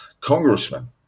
congressman